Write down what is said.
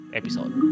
episode